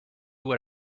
what